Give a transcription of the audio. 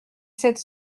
sept